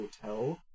Hotel